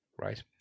Right